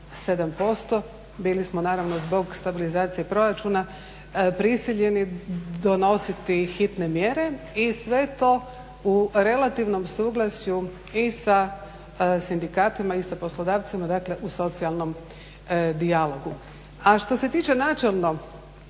7%, bili smo naravno zbog stabilizacije proračuna prisiljeni donositi hitne mjere i sve to u relativnom suglasju i sa sindikatima i sa poslodavcima. Dakle, u socijalnom dijalogu. A što se tiče načelno